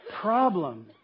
problem